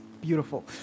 beautiful